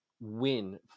win